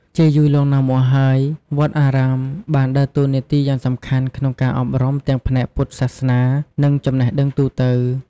ជាយូរលង់ណាស់មកហើយ វត្តអារាមបានដើរតួនាទីយ៉ាងសំខាន់ក្នុងការអប់រំទាំងផ្នែកពុទ្ធសាសនា និងចំណេះដឹងទូទៅ។